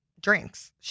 drinks